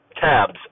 tabs